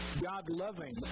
God-loving